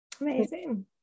amazing